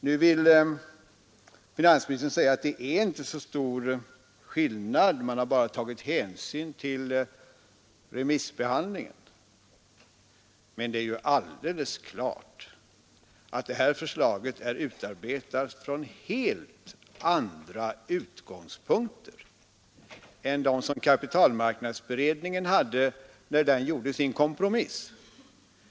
Nu vill finansministern göra gällande att det är inte så stor skillnad — man har bara tagit hänsyn till remissbehandlingen. Men det är ju alldeles klart att det här förslaget är utarbetat från helt andra utgångspunkter än dem som kapitalmarknadsutredningen hade när den gjorde sin kompromiss.